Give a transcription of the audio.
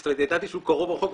זאת אומרת ידעתי שהוא קרוב רחוק,